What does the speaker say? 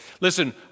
Listen